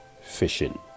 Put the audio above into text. fishing